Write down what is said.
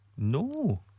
No